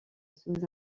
sous